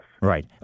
Right